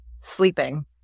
sleeping